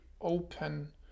open